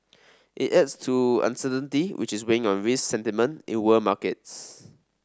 it adds to uncertainty which is weighing on risk sentiment in world markets